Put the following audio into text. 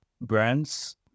brands